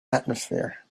atmosphere